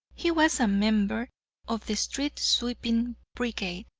he was a member of the street-sweeping brigade,